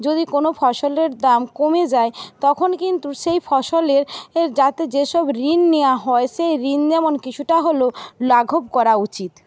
যদি কোনও ফসলের দাম কমে যায় তখন কিন্তু সেই ফসলের যাতে যে সব ঋণ নেওয়া হয় সেই ঋণ যেমন কিছুটা হলেও লাঘব করা উচিত